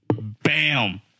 Bam